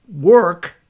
work